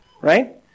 Right